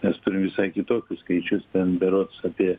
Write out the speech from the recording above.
nes turim visai kitokius skaičius ten berods apie